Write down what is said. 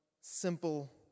simple